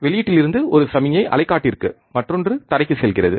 வெளியீட்டில் இருந்து ஒரு சமிக்ஞை அலைகாட்டிற்கு மற்றொன்று தரைக்கு செல்கிறது